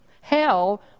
Hell